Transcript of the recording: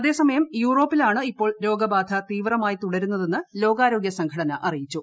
അതേസമയം യൂറോപ്പിലാണ് ഇപ്പോൾ രോഗബാധ തീവ്രമായി തുടരുന്നതെന്ന് ലോകാരോഗ്യ സംഘടന അറിയിച്ചു